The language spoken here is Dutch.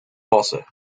passen